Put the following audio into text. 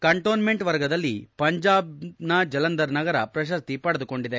cantonment ವರ್ಗದಲ್ಲಿ ಪಂಜಾಬ್ ಜಲಂಧರ್ ನಗರ ಪ್ರಶಸ್ತಿ ಪಡೆದುಕೊಂಡಿದೆ